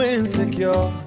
insecure